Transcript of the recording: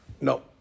No